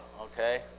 okay